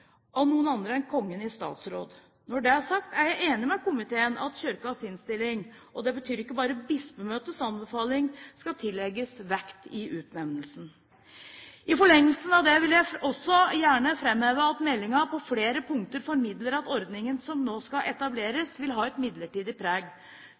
av noen andre enn Kongen i statsråd. Når det er sagt, er jeg enig med komiteen i at Kirkens innstilling – og det betyr ikke bare Bispemøtets anbefaling – skal tillegges vekt i utnevnelsen. I forlengelsen av dette vil jeg også gjerne framheve at meldingen på flere punkter formidler at ordningen som nå skal